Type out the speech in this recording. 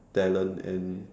talent and